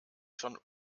schon